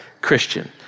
Christian